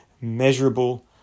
Measurable